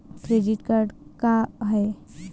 Credit card का हाय?